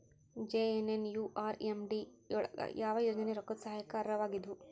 JNNURM ಅಡಿ ಯೊಳಗ ಯಾವ ಯೋಜನೆ ರೊಕ್ಕದ್ ಸಹಾಯಕ್ಕ ಅರ್ಹವಾಗಿದ್ವು?